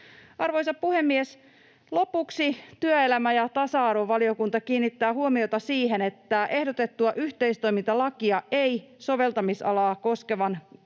Arvoisa puhemies! Lopuksi työelämä‑ ja tasa-arvovaliokunta kiinnittää huomiota siihen, että ehdotettua yhteistoimintalakia ei soveltamisalaa koskevan 2